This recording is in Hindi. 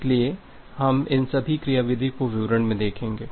इसलिए हम इन सभी क्रियाविधि को विवरण में देखेंगे